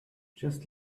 just